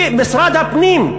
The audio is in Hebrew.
כי משרד הפנים,